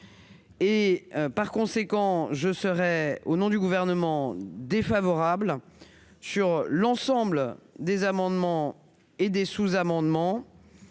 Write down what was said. Par conséquent, je serai, au nom du Gouvernement, défavorable à l'ensemble des amendements et des sous-amendements.